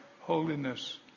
holiness